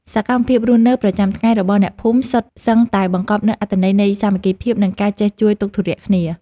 សកម្មភាពរស់នៅប្រចាំថ្ងៃរបស់អ្នកភូមិសុទ្ធសឹងតែបង្កប់នូវអត្ថន័យនៃសាមគ្គីភាព និងការចេះជួយទុក្ខធុរៈគ្នា។